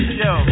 yo